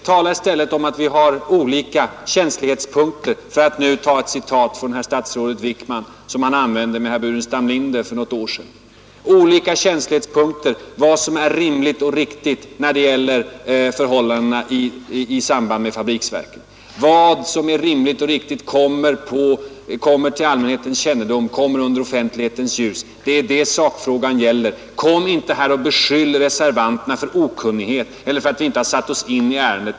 Tala i stället om att vi har olika Nr 77 ”känslighetspunkter”, för att citera ett uttryck som statsrådet Wickman Onsdagen den använde i en debatt med herr Burenstam Linder för något år sedan. Vi 10 maj 1972 har olika ”känslighetspunkter” så till vida att vi har olika bedömningar av ———— vad som är rimligt att låta komma till allmänhetens kännedom i samband Granskning av med fabriksverken. Det är detta sakfrågan gäller. Kom inte och beskyll statsrådens 5 ämbetsutövning reservanterna för okunnighet eller för att inte ha satt sig in i ärendet!